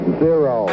zero